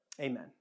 amen